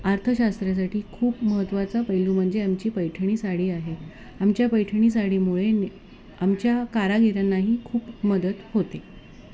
अर्थशास्त्रासाठी खूप महत्त्वाचा पैलू म्हणजे आमची पैठणी साडी आहे आमच्या पैठणी साडीमुळे न आमच्या कारागिरांनाही खूप मदत होते